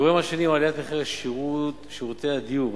הגורם השני הוא עליית מחירי שירותי הדיור,